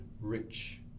rich